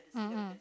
mmhmm